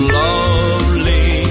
lovely